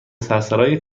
سرسرای